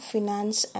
Finance